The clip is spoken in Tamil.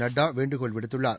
நட்டா வேண்டுகோள் விடுத்துள்ளார்